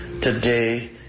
today